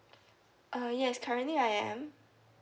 uh yes currently I am